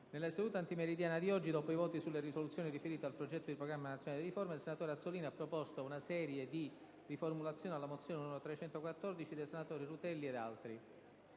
nella seduta antimeridiana, dopo i voti sulle risoluzioni riferite al progetto di Programma nazionale di riforma, il senatore Azzollini ha proposto una serie di riformulazioni alla mozione n. 314 dei senatori Rutelli ed altri.